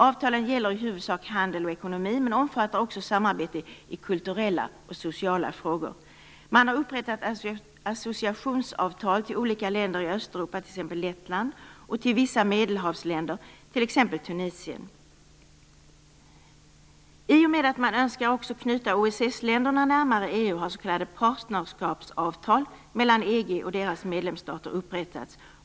Avtalen gäller i huvudsak handel och ekonomi men omfattar också samarbete i kulturella och sociala frågor. Man har upprättat associationsavtal med olika länder i Östeuropa, t.ex. Lettland, och med vissa Medelhavsländer, t.ex. Tunisien. I och med att man önskar knyta också OSS-länderna närmare EU har s.k. partnerskapsavtal mellan EG och medlemsstater upprättats.